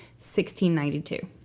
1692